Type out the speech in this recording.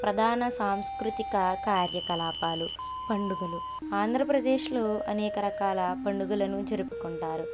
ప్రధాన సాంస్కృతిక కార్యకలాపాలు పండుగలు ఆంధ్రప్రదేశ్లో అనేకరకాల పండుగలను జరుపుకుంటారు